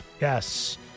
Yes